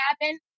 happen